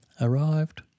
arrived